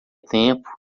tempo